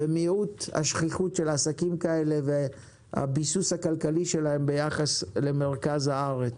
מיעוט השכיחות של עסקים כאלה והביסוס הכלכלי שלהם ביחס למרכז הארץ.